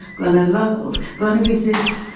gonna love, gonna resist,